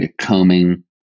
combing